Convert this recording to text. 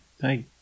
Hey